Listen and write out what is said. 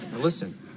listen